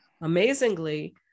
amazingly